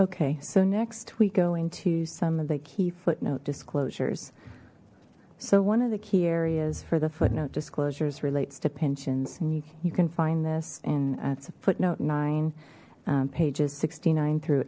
okay so next we go into some of the key footnote disclosures so one of the key areas for the footnote disclosures relates to pensions and you can find this it's a footnote nine pages sixty nine through